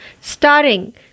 starring